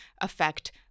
affect